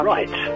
Right